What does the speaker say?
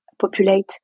populate